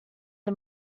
der